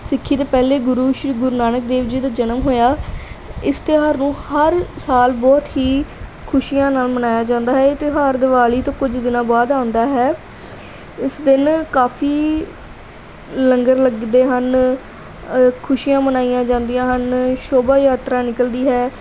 ਸਿੱਖੀ ਦੇ ਪਹਿਲੇ ਗੁਰੂ ਸ੍ਰੀ ਗੁਰੂ ਨਾਨਕ ਦੇਵ ਜੀ ਦਾ ਜਨਮ ਹੋਇਆ ਇਸ ਇਸ਼ਤਿਹਾਰ ਨੂੰ ਹਰ ਸਾਲ ਬਹੁਤ ਹੀ ਖੁਸ਼ੀਆਂ ਨਾਲ ਮਨਾਇਆ ਜਾਂਦਾ ਹੈ ਇਹ ਤਿਉਹਾਰ ਦਿਵਾਲੀ ਤੋਂ ਕੁਝ ਦਿਨਾਂ ਬਾਅਦ ਆਉਂਦਾ ਹੈ ਇਸ ਦਿਨ ਕਾਫ਼ੀ ਲੰਗਰ ਲੱਗਦੇ ਹਨ ਖੁਸ਼ੀਆਂ ਮਨਾਈਆਂ ਜਾਂਦੀਆਂ ਹਨ ਸ਼ੋਭਾ ਯਾਤਰਾ ਨਿਕਲਦੀ ਹੈ